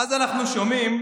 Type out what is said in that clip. ואז אנחנו שומעים